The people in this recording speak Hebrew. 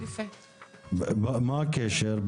מה הקשר?